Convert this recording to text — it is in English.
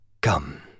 Come